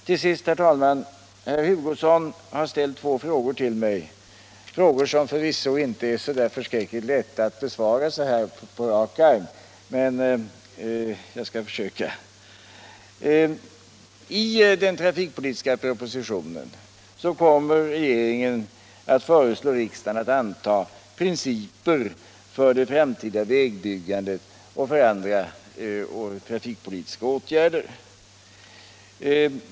Herr Hugosson har, herr talman, ställt två frågor till mig, frågor som förvisso inte är så särdeles lätta att besvara så här på rak arm, men jag skall försöka. I den trafikpolitiska propositionen kommer regeringen att föreslå riksdagen att anta principer för ett framtida vägbyggande och andra trafikpolitiska åtgärder.